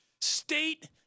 State